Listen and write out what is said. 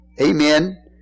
Amen